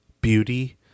beauty